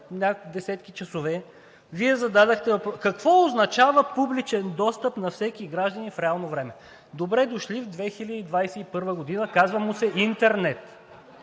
минаха десетки часове, Вие зададохте въпроса: „Какво означава публичен достъп на всеки граждани в реално време?“ Добре дошли в 2021 г. – казва му се интернет